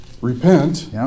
repent